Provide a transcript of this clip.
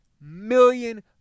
million